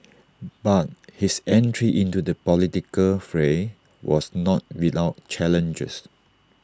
but his entry into the political fray was not without challenges